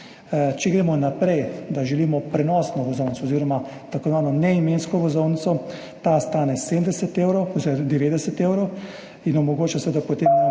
Če gremo naprej, da želimo prenosno vozovnico oziroma tako imenovano neimensko vozovnico, ta stane 90 evrov in omogoča seveda potem neomejeno